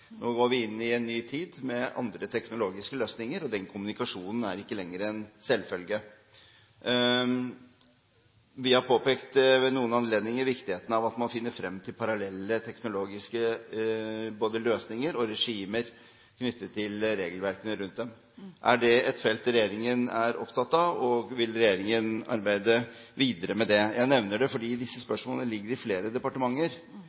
Nå går vi inn i en ny tid med andre teknologiske løsninger, og den kommunikasjonen er ikke lenger en selvfølge. Vi har ved noen anledninger påpekt viktigheten av at man finner frem til både parallelle teknologiske løsninger og regimer knyttet til regelverkene rundt dem. Er det et felt regjeringen er opptatt av, og vil regjeringen arbeide videre med det? Jeg nevner det fordi disse spørsmålene ligger i flere departementer